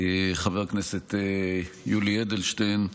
חבר הכנסת יולי אדלשטיין,